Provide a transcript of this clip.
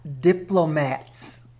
diplomats